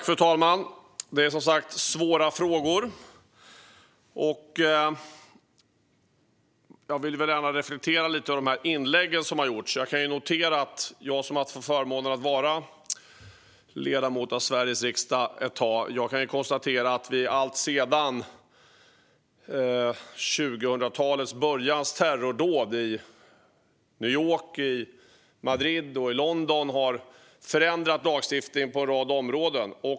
Fru talman! Detta är som sagt svåra frågor. Jag vill gärna reflektera lite över de inlägg som gjorts. Jag som haft förmånen att vara ledamot i Sveriges riksdag ett tag kan konstatera att vi alltsedan det tidiga 2000-talets terrordåd i New York, Madrid och London har ändrat lagstiftningen på en rad områden.